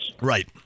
Right